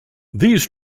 these